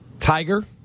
Tiger